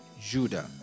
Judah